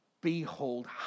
behold